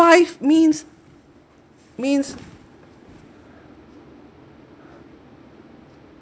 five means means